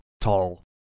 tall